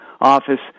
office